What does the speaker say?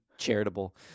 charitable